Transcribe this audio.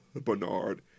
Bernard